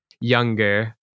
younger